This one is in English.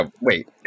wait